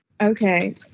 Okay